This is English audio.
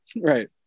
Right